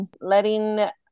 letting